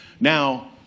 Now